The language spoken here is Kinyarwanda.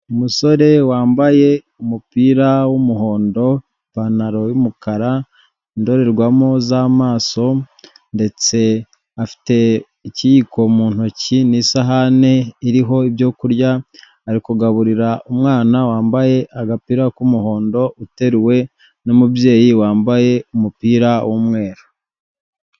Umusore wambaye umupira w'umuhondo, ipantaro y'umukara, indorerwamo z'amaso, ndetse afite ikiyiko mu ntoki n'isahani iriho ibyo kurya, ari kugaburira umwana wambaye agapira k'umuhondo, uteruwe n'umubyeyi wambaye umupira w'umweru.